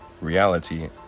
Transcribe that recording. reality